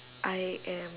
I am